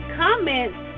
comments